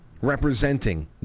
representing